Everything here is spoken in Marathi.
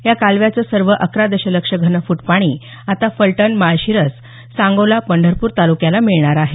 या कालव्याचं सर्व अकरा दशलक्ष घनफूट पाणी आता फलटण माळशिरस सांगोला पंढरपूर तालुक्याला मिळणार आहे